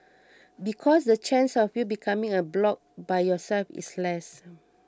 because the chance of you becoming a bloc by yourself is less